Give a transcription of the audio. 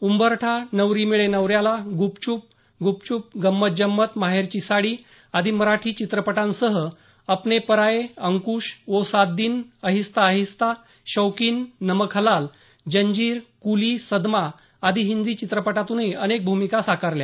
उंबरठा नवरी मिळे नवऱ्याला गुपचुप गुपचुप गंमत जंमत माहेरची साडी आदी मराठी चित्रपटांसह अपने पराये अंकूश वो सात दिन आहिस्ता आहिस्ता शौकीन नमक हलाल जंजीर कुली सदमा आदी हिंदी चित्रपटातूनही अनेक भूमिका साकारल्या